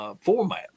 format